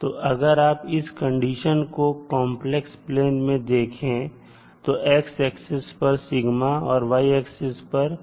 तो अगर आप इस कंडीशन को कॉन्प्लेक्स प्लेन में देखें तो x एक्सेस पर और y एक्सेस पर